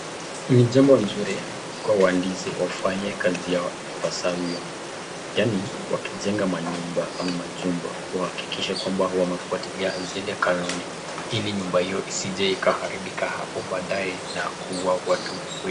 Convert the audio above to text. Ni jambo nzuri kwa wahandisi kufanya kazi yao ipasavyo kwani wakichenga manyumba wahakikishe kwamba wamezifuatilia zile kanuni Ili nyumba hiyo isije ikaharibika hapo baadaye na kuwaua watu wengi.